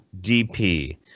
DP